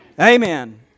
Amen